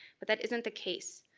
but that isn't the case.